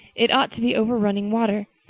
it ought to be over running water.